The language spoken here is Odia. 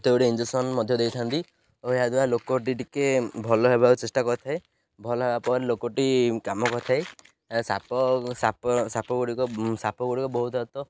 ତ ଗୋଟେ ଇଞ୍ଜେକ୍ସନ୍ ମଧ୍ୟ ଦେଇଥାନ୍ତି ଓ ଏହାଦ୍ୱାରା ଲୋକଟି ଟିକେ ଭଲ ହେବାକୁ ଚେଷ୍ଟା କରିଥାଏ ଭଲ ହେବା ପରେ ଲୋକଟି କାମ କରିଥାଏ ସାପ ସାପ ସାପ ଗୁଡ଼ିକ ସାପ ଗୁଡ଼ିକ ବହୁତ